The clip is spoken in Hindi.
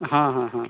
हाँ हाँ हाँ